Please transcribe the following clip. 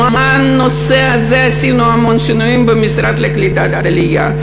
למען הנושא הזה עשינו המון שינויים במשרד לקליטת העלייה,